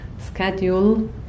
schedule